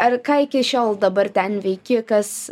ar ką iki šiol dabar ten veiki kas